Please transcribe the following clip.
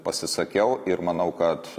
pasisakiau ir manau kad